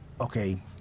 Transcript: okay